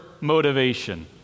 motivation